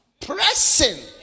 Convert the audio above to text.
pressing